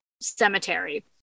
cemetery